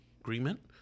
agreement